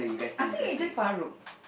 I think it's just Farouk